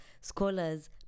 scholars